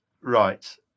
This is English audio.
Right